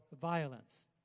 violence